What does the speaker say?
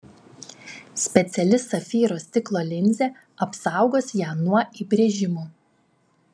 speciali safyro stiklo linzė apsaugos ją nuo įbrėžimų